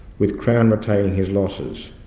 with crown retaining his losses.